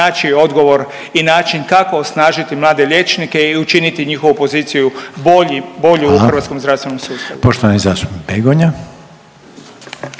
naći odgovor i način kako osnažiti mlade liječnike i učiniti njihovu poziciju bolju u hrvatskom zdravstvenom sustavu.